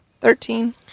Thirteen